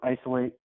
isolate